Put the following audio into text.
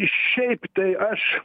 šiaip tai aš